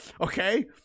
Okay